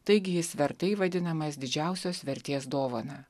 taigi jis vertai vadinamas didžiausios vertės dovana